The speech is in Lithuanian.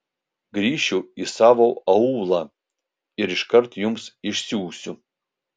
grįšiu į savo aūlą ir iškart jums išsiųsiu